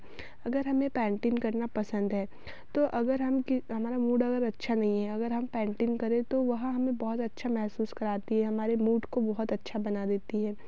अगर हमें पैंटिन करना पसंद है तो अगर हम की हमारा मूड अगर अच्छा नहीं है अगर हम पैंटिन करें तो वह हमें बहुत अच्छा महसूस कराती है हमारे मूड को बहुत अच्छा बना देती है